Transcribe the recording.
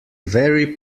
very